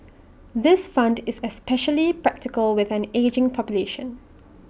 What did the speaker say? this fund is especially practical with an ageing population